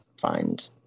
find